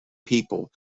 people